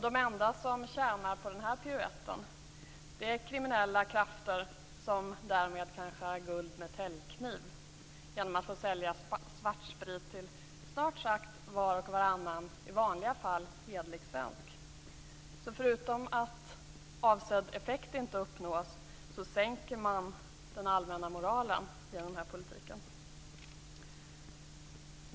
De enda som tjänar på denna piruett är kriminella krafter som därmed kan skära guld med täljkniv genom att få sälja svartsprit till snart sagt var och varannan i vanliga fall hederlig svensk. Förutom att avsedd effekt inte uppnås sänker man den allmänna moralen genom den här politiken.